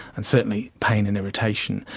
and certainly pain and irritation.